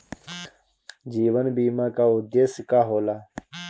जीवन बीमा का उदेस्य का होला?